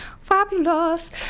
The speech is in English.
fabulous